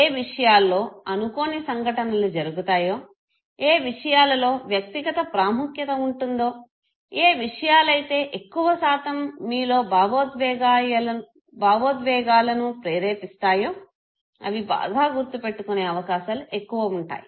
ఏ విషయాల్లో అనుకోని సంఘటనలు జరుగుతాయో ఏ విషయాలలో వ్యక్తిగత ప్రాముఖ్యత ఉంటుందో ఏ విషయాలైతే ఎక్కువ శాతం మీలో భావోద్వేగాయాలను ప్రేరేపిస్తాయి అవి బాగా గుర్తు పెట్టుకునే అవకాశాలు ఎక్కువ ఉంటాయి